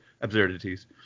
absurdities